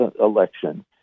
election